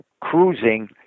Cruising